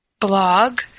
blog